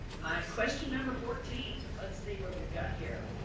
my question number fourteen let's see what we've got here.